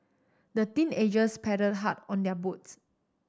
the teenagers paddled hard on their boats